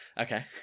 Okay